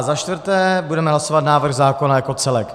Za čtvrté , budeme hlasovat návrh zákona jako celek.